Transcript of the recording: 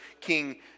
King